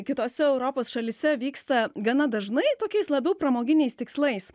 kitose europos šalyse vyksta gana dažnai tokiais labiau pramoginiais tikslais